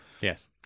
Yes